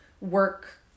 work